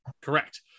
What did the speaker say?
Correct